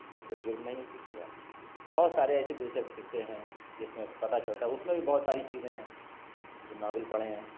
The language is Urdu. جب تک جرم نہیں اس کی سزا نہیں بہت سارے ایسے دلچسپ قصے ہیں جس میں پتہ چلتا ہے اس میں بھی بہت ساری چیزیں ہیں جو ناول پڑھے ہیں